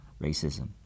racism